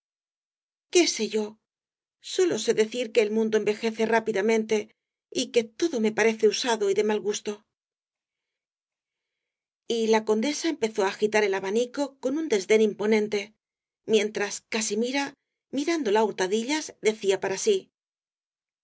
qué sé yo sólo sé decir que el mundo envejece rápidamente y que todo me parece usado y de mal gusto y la condesa empezó á agitar el abanico con un desdén imponente mientras casimira mirándola á hurtadillas decía para sí te